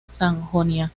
sajonia